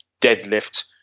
deadlift